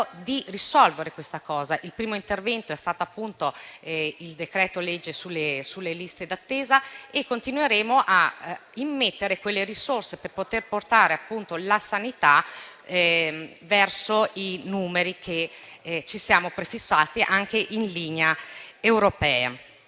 di risolvere questa cosa. Il primo intervento è stato appunto il decreto-legge sulle liste d'attesa e continueremo a immettere quelle risorse per portare la sanità verso i numeri che ci siamo prefissati, anche in linea europea.